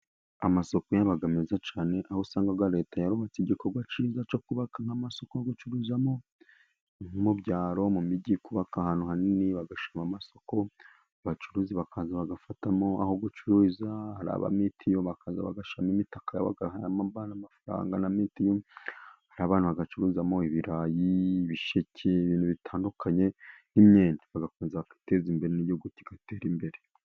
Amasoko aba meza cyane aho usanga Leta yarubatse igikorwa cyiza cyo kubaka nk'amasoko yo gucuruzamo nko mu byaro, mu mijyi kubaka ahantu hanini bagashyiramo amasoko abacuruzi bakaza bagafatamo aho gucururiza ari aba mitiyu bagashyiramo imitaka bagahana amafaranga na mitiyu. Hari abantu bagacuruzamo ibirayi, ibisheke ibintu bitandukanye n'imyenda bagakomeza kwiteza imbere n'igihugu kigatera imbere.